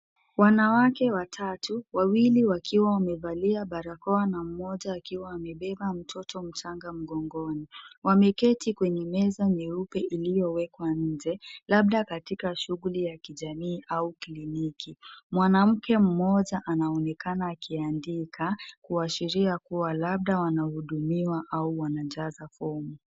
Wanawake watatu, wawili wakiwa wamevalia barakoa na mmoja akiwa amebeba mtoto mchanga mgongoni. Wameketi kwenye meza nyeupe iliyowekwa nje, labda katika shughuli ya kijamii au kliniki. Mwanamke mmoja anaonekana akiandika, kuashiria kuwa labda wanahudumiwa au wanajaza fomu.